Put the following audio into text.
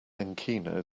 encino